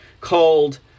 called